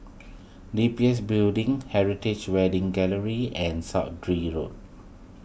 D B S Building Heritage Wedding Gallery and Road